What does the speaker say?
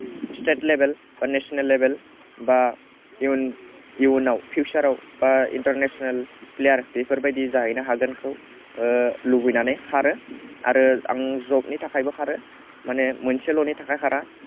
state level बा national level बा इयुनाव फिउचाराव बा इन्टारनेसनेल प्लेयार बेफोरबायदि जाहैनो हागोनखौ लुबैनानै खारो आरो आं जबनि थाखायबो खारो माने मोनसेल'नि थाखाय खारा